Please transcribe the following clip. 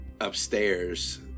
upstairs